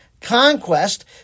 conquest